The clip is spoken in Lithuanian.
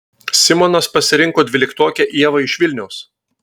simonas pasirinko dvyliktokę ievą iš vilniaus